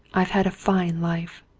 i've had a fine life.